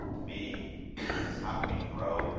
to me it is how can we grow,